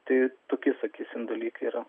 tai tokie sakysim dalykai yra